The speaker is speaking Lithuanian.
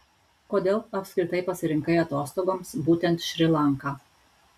kodėl apskritai pasirinkai atostogoms būtent šri lanką